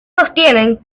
sostienen